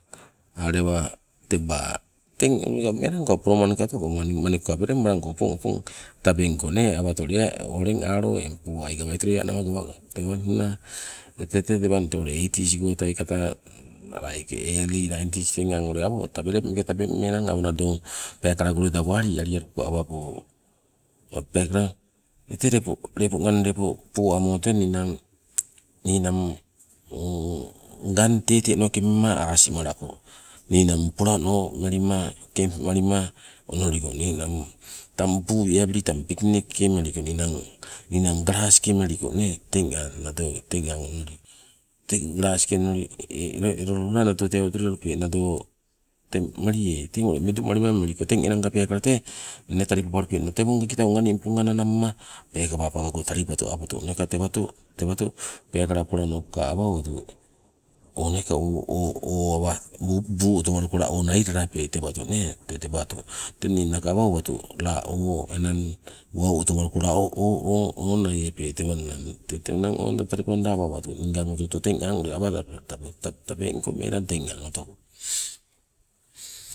Alewa tebaa, teng ule melangka polomang ka otoko, manikuka pren balangko opong opong tabengko nee, awato lea uleng alo eng poai gawaitoloie nawa gawangko nala tee tewalo ule eities goi tai kata laik eli nainties teng aang ule awo nado peekala go loida wali alialuko awago peekala. Tete lepo nganna lepo po amo ninang ninang ngang teete noke mema asimalako, ninang polano melima kemp malima onoliko, ninang tang buu wi'abili tang piknik ke meliko, ninang ninang galasike meliko nee teng aang nadoi teng galasike meliko. Elo loo la nado tewa otolowapu teng nado teng melie teng ule midu malima meliko, teng aangka tee peekala ni talipabalupenna tewonga kitaunga ningponga nanangma peekala pagago talipatu apatu o nee ka tewoto peekala ka polanoke awa oweitope o nee ka o awa buu oto waluko la nailalape? Tewato nee tee tewato, ninnaka awa owatu la o enang wau otowaluko la o naiepe tewanang. Tee tewananeng owanda apago ngang oto oto tabeng teng aang otoko.